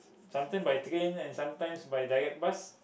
sometime by train and sometimes by direct bus